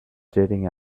jetting